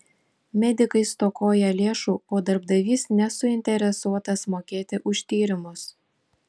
medikai stokoja lėšų o darbdavys nesuinteresuotas mokėti už tyrimus